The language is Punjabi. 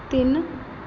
ਤਿੰਨ